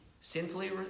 sinfully